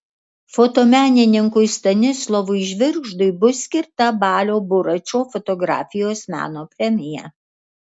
fotomenininkui stanislovui žvirgždui bus skirta balio buračo fotografijos meno premija